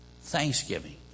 thanksgiving